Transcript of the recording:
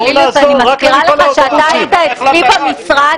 בואו נעזור רק למפעלי האוטובוסים.